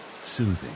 soothing